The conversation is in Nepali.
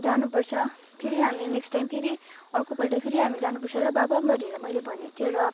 जानुपर्छ फेरि हामी नेक्स्ट टाइम फेरि अर्कोपल्ट फेरि हामी जानुपर्छ ल बाबा भनेर मैले भनेको थिएँ र